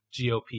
GOP